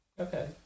Okay